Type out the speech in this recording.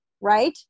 right